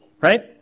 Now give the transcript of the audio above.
right